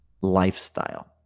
lifestyle